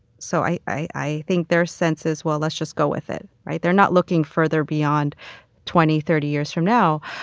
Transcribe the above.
so i i think their sense is, well, let's just go with it, right? they're not looking further beyond twenty, thirty years from now.